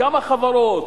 כמה חברות,